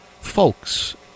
folks